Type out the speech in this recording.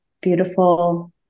beautiful